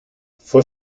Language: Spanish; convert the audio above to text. fue